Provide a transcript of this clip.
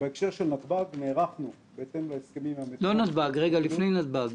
בהקשר של נתב"ג נערכנו בהתאם להסכמים --- לפני נתב"ג.